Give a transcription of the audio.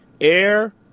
air